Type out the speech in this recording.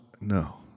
No